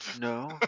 no